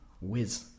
whiz